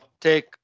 take